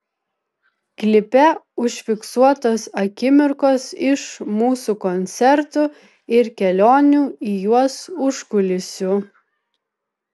klipe užfiksuotos akimirkos iš mūsų koncertų ir kelionių į juos užkulisių